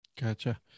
Gotcha